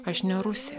aš ne rusė